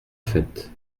fête